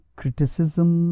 criticism